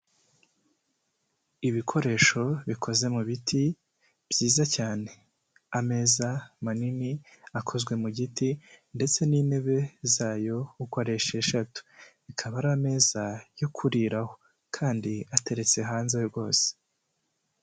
Ibikoresho bikoze mu biti byiza cyane, ameza manini akozwe mu giti ndetse n'intebe zayo uko ari esheshatu, bikaba ari ameza yo kuriraho kandi ateretse hanze rwose.